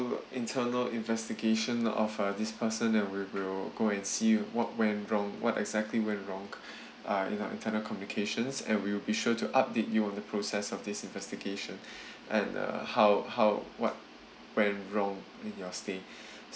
internal investigation of uh this person and we will go and see what went wrong what exactly went wrong uh in our internal communications and we'll be sure to update you on the process of this investigation and uh how how what went wrong in your stay so